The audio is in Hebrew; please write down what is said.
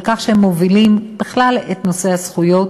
על כך שהם מובילים את נושא הזכויות